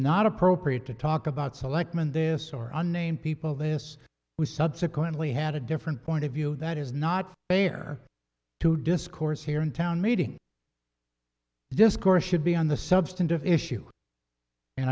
not appropriate to talk about selectman this or unnamed people this was subsequently had a different point of view that is not fair to discourse here in town meeting discourse should be on the substantive issue and